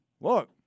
look